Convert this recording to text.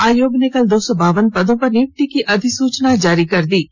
आयोग ने कल दो सौ बावन पदों पर नियुक्ति की अधिसुचना जारी कर दी है